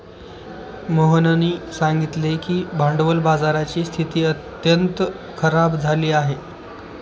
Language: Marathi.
मोहननी सांगितले की भांडवल बाजाराची स्थिती अत्यंत खराब झाली आहे